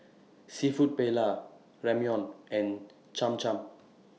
Seafood Paella Ramyeon and Cham Cham